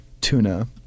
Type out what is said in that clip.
tuna